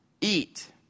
eat